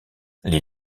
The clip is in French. les